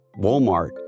Walmart